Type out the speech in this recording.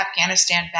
Afghanistan